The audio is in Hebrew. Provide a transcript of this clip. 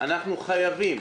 אנחנו חייבים